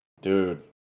Dude